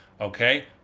Okay